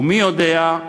ומי יודע,